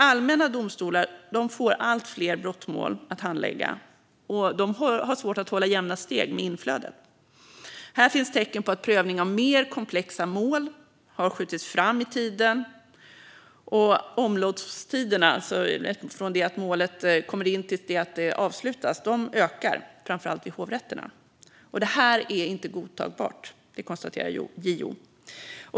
Allmänna domstolar får allt fler brottmål att handlägga och har svårt att hålla jämna steg med inflödet. Här finns tecken på att prövningen av mer komplexa mål har skjutits fram i tiden och att omloppstiderna - alltså från att målet kommer in till att det avslutas - blir längre, framför allt vid hovrätterna. Det här är inte godtagbart, konstaterar JO.